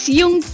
yung